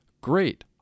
great